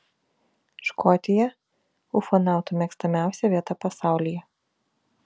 škotija ufonautų mėgstamiausia vieta pasaulyje